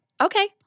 Okay